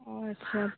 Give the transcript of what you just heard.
ଆଚ୍ଛା